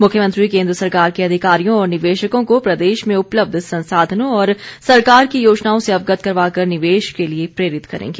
मुख्यमंत्री केन्द्र सरकार के अधिकारियों और निवेशकों को प्रदेश में उपलब्ध संसाधनों और सरकार की योजनाओं से अवगत करवाकर निवेश के लिए प्रेरित करेंगे